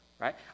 right